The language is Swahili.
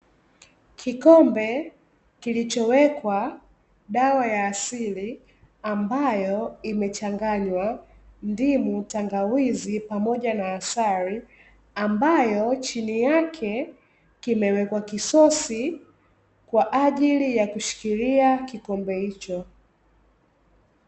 Kikombe kilichowekwa dawa ya asili ambayo imechanganywa: ndimu, tangawizi pamoja na asali; ambayo chini yake kimewekwa kisosi kwa ajili ya kushikilia kikombe hicho.